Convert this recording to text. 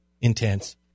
intense